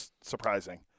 surprising